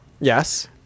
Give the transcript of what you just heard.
yes